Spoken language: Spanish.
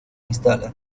instala